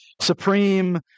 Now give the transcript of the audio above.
supreme